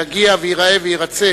יגיע וייראה וירצה